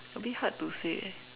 a bit hard to say eh